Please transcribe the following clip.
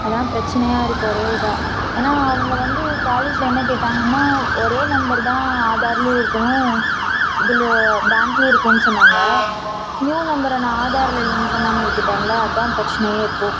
அதான் பிரச்சனையாக இருக்குது ஒரே இதாக ஏன்னா அவங்க வந்து காலேஜில் என்ன கேட்டாங்கனா ஒரே நம்பர் தான் ஆதார்லேயும் இருக்கணும் இதில் பேங்க்லேயும் இருக்கணும்னு சொன்னாங்க நியூ நம்பரை நான் ஆதாரில் லிங்க் பண்ணாமல் விட்டுவிட்டேன்ல அதான் பிரச்சனையே இப்போது